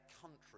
country